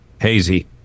Hazy